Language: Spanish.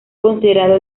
considerado